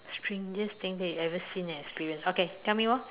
strangest thing that you ever seen or experienced okay tell me orh